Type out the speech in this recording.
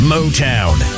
Motown